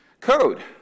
Code